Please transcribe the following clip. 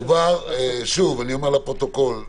אני אומר לפרוטוקול.